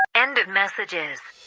end of messages